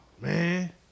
man